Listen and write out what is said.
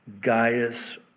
Gaius